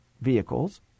vehicles